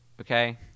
Okay